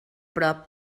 prop